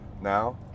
Now